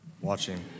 watching